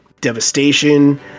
devastation